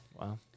Wow